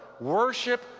worship